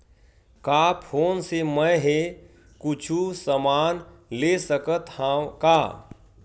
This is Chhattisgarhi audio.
का फोन से मै हे कुछु समान ले सकत हाव का?